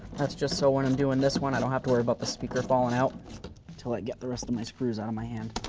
that's just so when i'm doing this one, i don't have to worry about the speaker falling out till i get the rest of my screws out of my hand.